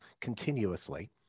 continuously